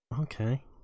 Okay